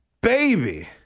baby